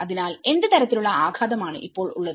അതിനാൽ എന്ത് തരത്തിലുള്ള ആഘാതം ആണ് ഇപ്പോൾ ഉള്ളത്